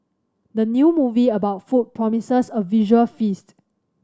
the new movie about food promises a visual feast